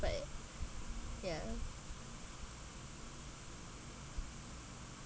but ya